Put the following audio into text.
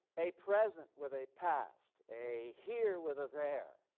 a present with a past a here with a there,